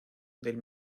del